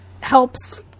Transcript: helps